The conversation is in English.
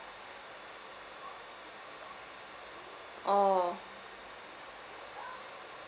oh